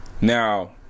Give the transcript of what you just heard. Now